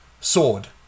SWORD